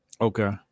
okay